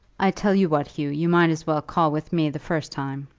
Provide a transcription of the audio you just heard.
i tell you what, hugh, you might as well call with me the first time.